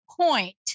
point